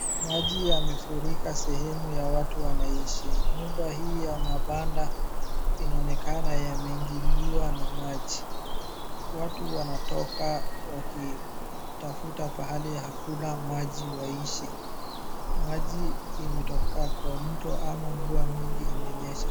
Maji yamefurika sehemu ya watu wanaishi, nyumba hii ya mabanda inaonekana yameingililiwa na maji, watu wanatoka wakitafuta pahali hakuna maji waishi, maji imetoka kwa mto ama mvua mingi imenyesha.